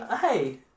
Hey